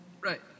Right